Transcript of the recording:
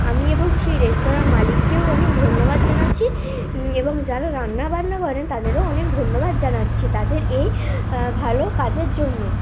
আমি এবং সেই রেস্তোরাঁর মালিককেও অনেক ধন্যবাদ জানাচ্ছি এবং যারা রান্নাবান্না করেন তাদেরও অনেক ধন্যবাদ জানাচ্ছি তাদের এই ভালো কাজের জন্য